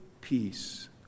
peace